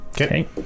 Okay